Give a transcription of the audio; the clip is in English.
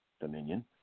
Dominion